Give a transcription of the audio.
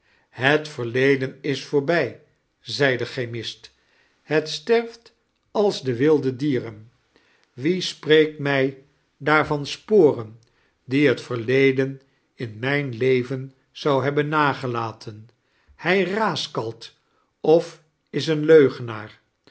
het verleden is voorbij zei de chemist het sterft als de wilde dieren wie spreekt mij daar van gporen die het verleden in mijn leven zou hebben nagelaten hij raaskalt of is een leugenaar